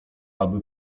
aby